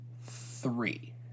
three